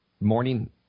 morning